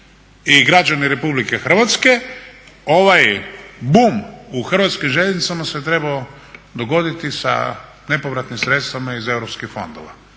i građani Republike Hrvatske, ovaj bum u Hrvatskim željeznicama se trebao dogoditi sa nepovratnim sredstvima iz europskih fondova.